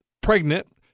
pregnant